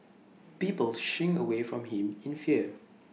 people shrink away from him in fear